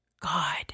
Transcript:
God